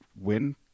win